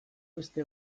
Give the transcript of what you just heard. beste